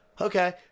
Okay